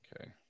Okay